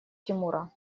тимура